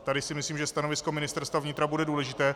Tady si myslím, že stanovisko Ministerstva vnitra bude důležité.